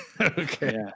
Okay